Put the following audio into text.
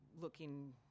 looking